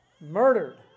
murdered